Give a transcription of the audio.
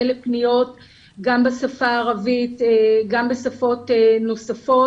לפניות גם בשפה הערבית וגם בשפות נוספות.